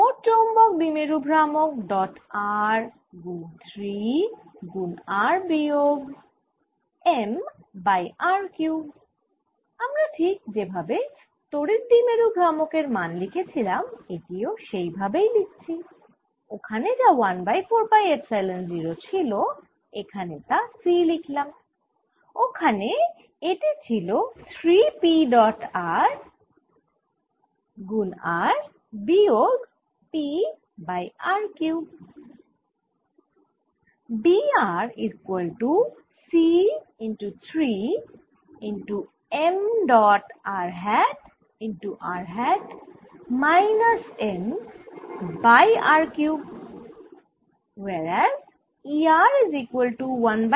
মোট চৌম্বক দ্বিমেরু ভ্রামক ডট r গুন 3 গুন r বিয়োগ m বাই r কিউব আমরা ঠিক যেভাবে তড়িৎ দ্বিমেরু ভ্রামক এর মান লিখেছিলাম এটিও সেই ভাবেই লিখছি ওখানে যা 1 বাই 4 পাই এপসাইলন 0 ছিল এখানে তা C লিখলাম ওখানে এটি ছিল 3 p ডট r r বিয়োগ p বাই r কিউব